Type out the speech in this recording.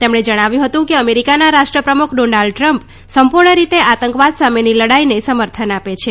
તેમણે જણાવ્યું હતું કે અમેરિકાના રાષ્ટ્રપ્રમુખ ડોનાલ્ડ ટ્રમ્પ સંપૂર્ણ રીતે આતંકવાદ સામેની લડાઈને સમર્થન આપે છે